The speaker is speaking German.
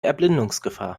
erblindungsgefahr